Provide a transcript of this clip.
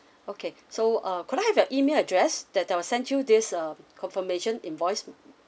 okay so uh could I have your email address that I'll send you this uh confirmation invoice